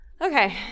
Okay